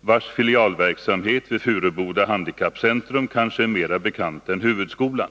vars filialverksamhet vid Furuboda handikappcentrum kanske är mera bekant än huvudskolan.